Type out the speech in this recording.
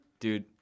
Dude